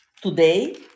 today